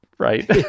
right